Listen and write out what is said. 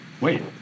Wait